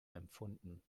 erfunden